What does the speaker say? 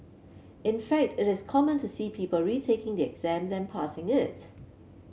in fact it is common to see people retaking the exam than passing it